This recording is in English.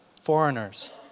foreigners